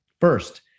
first